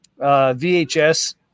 VHS